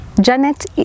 Janet